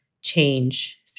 Change